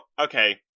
Okay